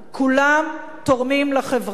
כולם תורמים לחברה.